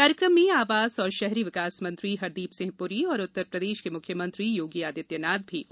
कार्यक्रम में आवास एवं शहरी विकास मंत्री हरदीप सिंह पुरी और उत्तरप्रदेश के मुख्यमंत्री योगी आदित्यनाथ भी उपस्थित थे